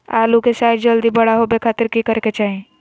आलू के साइज जल्दी बड़ा होबे खातिर की करे के चाही?